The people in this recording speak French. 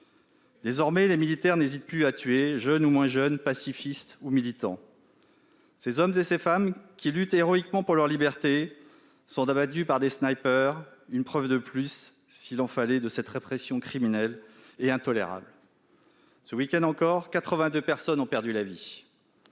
Désormais, les militaires n'hésitent plus à tuer jeunes ou moins jeunes, pacifistes ou militants. Ces hommes et ces femmes qui luttent héroïquement pour leur liberté sont abattus par des, preuve de plus, s'il en fallait, de cette répression criminelle et intolérable. Ce week-end encore, 82 personnes ont perdu la vie.